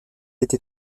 été